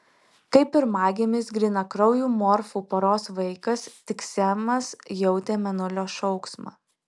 kaip pirmagimis grynakraujų morfų poros vaikas tik semas jautė mėnulio šauksmą